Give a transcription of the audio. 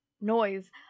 noise